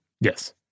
Yes